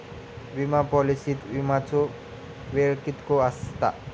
विमा पॉलिसीत विमाचो वेळ कीतको आसता?